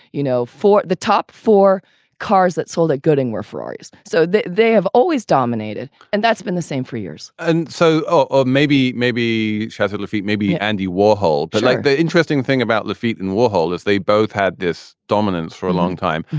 you know, for the top four cars it sold at goating where ferraris. so they they have always dominated and that's been the same for years and so maybe maybe shatilla feet, maybe andy warhol. but like the interesting thing about the feet and warhol is they both had this dominance for long time.